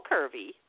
Curvy